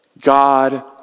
God